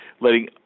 letting